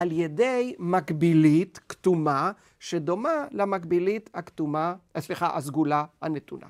על ידי מקבילית, כתומה, שדומה למקבילית הכתומה, סליחה, הסגולה הנתונה.